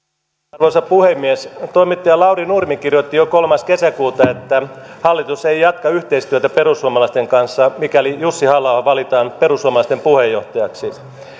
arvoisa puhemies toimittaja lauri nurmi kirjoitti jo kolmas kesäkuuta että hallitus ei jatka yhteistyötä perussuomalaisten kanssa mikäli jussi halla aho valitaan perussuomalaisten puheenjohtajaksi